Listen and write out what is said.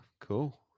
Cool